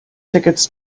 tickets